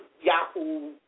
Yahoo